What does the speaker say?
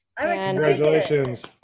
Congratulations